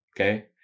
Okay